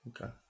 Okay